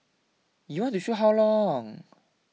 you want to shoot how long